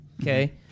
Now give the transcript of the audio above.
okay